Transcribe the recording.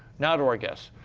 now to our guests.